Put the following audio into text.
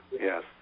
yes